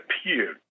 appeared